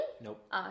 Nope